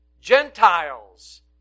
Gentiles